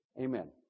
amen